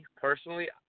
personally